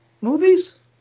movies